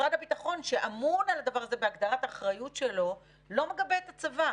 משרד הביטחון שאמון על הדבר הזה בהגדרת האחריות שלו לא מגבה את הצבא,